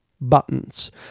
buttons